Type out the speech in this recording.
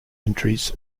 entries